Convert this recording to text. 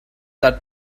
that